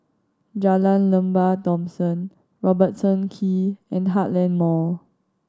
Jalan Lembah Thomson Robertson Quay and Heartland Mall